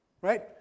Right